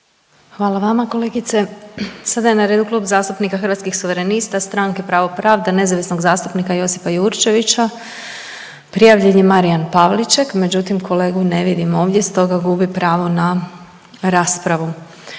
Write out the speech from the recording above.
Hvala vama kolegice. Sada je na redu Klub zastupnika Hrvatskih suverenista, Stranke pravo pravda, nezavisnog zastupnika Josipa Jurčevića, prijavljen je Marijan Pavliček međutim kolegu ne vidim ovdje stoga gubi pravo na raspravu.